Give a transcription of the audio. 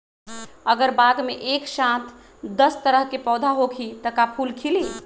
अगर बाग मे एक साथ दस तरह के पौधा होखि त का फुल खिली?